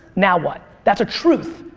now what? that a truth.